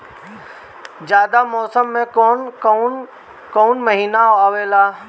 जायद मौसम में कौन कउन कउन महीना आवेला?